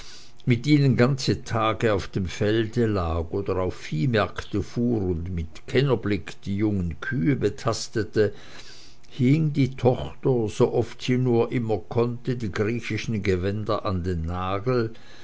mit ihnen ganze tage auf dem felde lag oder auf viehmärkte fuhr und mit kennerblicke die jungen kühe betastete hing die tochter sooft sie nur immer konnte die griechischen gewänder an den nagel